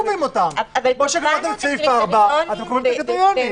כמו שקבעתם את סעיף 4, אתם קובעים קריטריונים.